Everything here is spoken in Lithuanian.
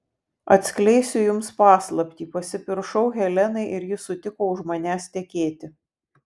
atskleisiu jums paslaptį pasipiršau helenai ir ji sutiko už manęs tekėti